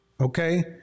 Okay